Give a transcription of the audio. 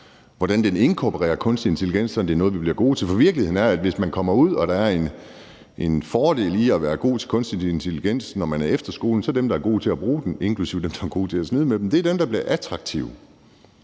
hvordan den inkorporerer kunstig intelligens, sådan at det er noget, vi bliver gode til. For virkeligheden er, at hvis man kommer ud efter skolen og der er en fordel i at være god til kunstig intelligens, så er dem, der er gode til at bruge den, inklusive dem, der er gode til at snyde med den, dem, der bliver attraktive.